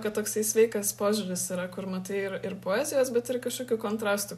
kad toksai sveikas požiūris yra kur matai ir ir poezijos bet ir kažkokių kontrastų